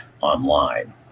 online